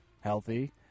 healthy